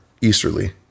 easterly